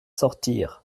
sortir